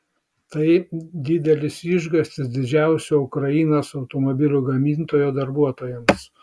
tai didelis išgąstis didžiausio ukrainos automobilių gamintojo darbuotojams